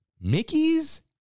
Mickey's